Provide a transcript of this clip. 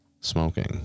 smoking